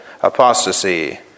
Apostasy